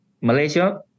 Malaysia